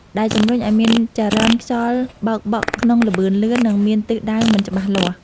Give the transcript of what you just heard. ដែលជំរុញឱ្យមានចរន្តខ្យល់បោកបក់ក្នុងល្បឿនលឿន និងមានទិសដៅមិនច្បាស់លាស់។